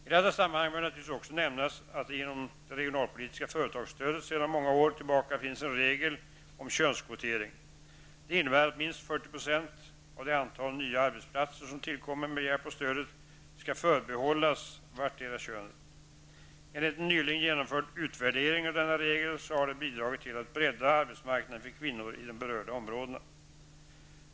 I detta sammanhang bör naturligtvis också nämnas att det inom det regionalpolitiska företagsstödet sedan många år tillbaka finns en regel om könskvotering. Denna innebär att minst 40 % av det antal nya arbetsplatser som tillkommer med hjälp av stödet skall förbehållas vartdera könet. Enligt en nyligen genomförd utvärdering av denna regel, har den bidragit till att bredda arbetsmarknaden för kvinnor i de berörda områdena.